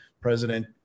President